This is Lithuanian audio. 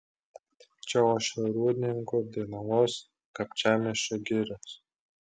čia ošia rūdninkų dainavos kapčiamiesčio girios